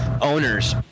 owners